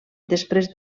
després